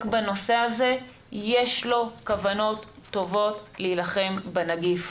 בנושא הזה יש כוונות טובות להילחם בנגיף,